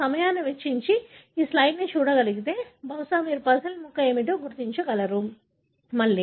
మనము సమయాన్ని వెచ్చించి ఈ స్లయిడ్ని చూడగలిగితే బహుశా మీరు పజిల్ ముక్క ఏమిటో గుర్తించగలరు